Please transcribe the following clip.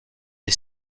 est